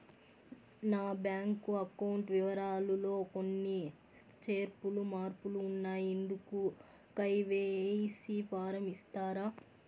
నా bank account వివరాలు లో కొన్ని చేర్పులు మార్పులు ఉన్నాయి, ఇందుకు కె.వై.సి ఫారం ఇస్తారా?